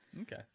Okay